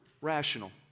rational